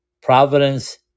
providence